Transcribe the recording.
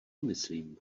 myslím